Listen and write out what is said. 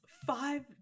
five